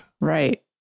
Right